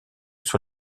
sur